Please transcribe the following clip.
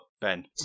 Ben